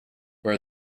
where